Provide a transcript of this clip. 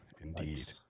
Indeed